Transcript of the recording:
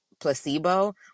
placebo